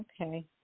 Okay